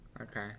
Okay